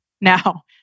Now